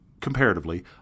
comparatively